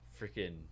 freaking